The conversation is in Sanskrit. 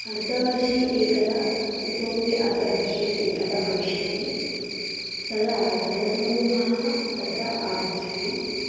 अर्धवर्षे एकदा इतोऽपि अर्धवर्षे एकदा भविष्यति तदा जनसमूहः तत्र आगच्छति